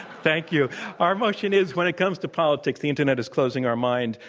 thank you. our motion is, when it comes to politics, the internet is closing our minds.